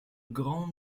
grand